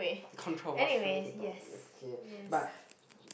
controversial to talk is okay but